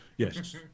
Yes